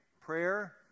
Prayer